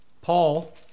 Paul